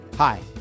Hi